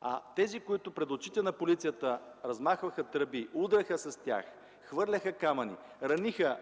а тези, които пред очите на полицията размахваха тръби, удряха с тях, хвърляха камъни, раниха